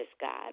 God